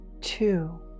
two